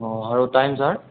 অঁ আৰু time sir